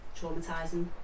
traumatizing